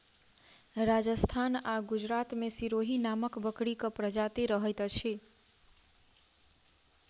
राजस्थान आ गुजरात मे सिरोही नामक बकरीक प्रजाति रहैत अछि